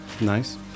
Nice